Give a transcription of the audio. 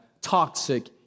toxic